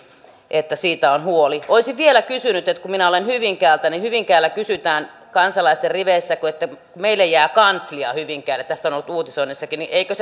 että siitä on huoli olisin vielä kysynyt kun minä olen hyvinkäältä ja hyvinkäällä kysytään kansalaisten riveissä kun meille jää kanslia hyvinkäälle tästä on ollut uutisoinnissakin eikö